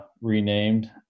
renamed